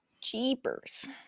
Jeepers